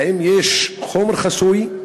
3 האם יש חומר חסוי?